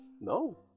No